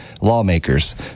lawmakers